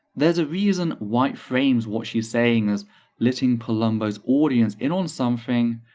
there's a reason white frames what she's saying as letting polumbo's audience in on something,